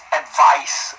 advice